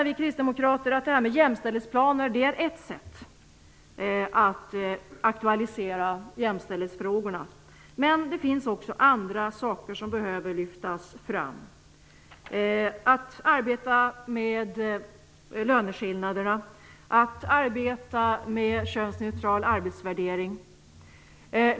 Vi kristdemokrater menar att jämställdhetsplaner är ett sätt att aktualisera jämställdhetsfrågorna. Men det finns också andra saker som behövs lyftas fram. Man måste arbeta med löneskillnaderna och könsneutral arbetsvärdering.